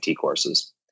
courses